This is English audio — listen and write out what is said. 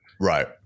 Right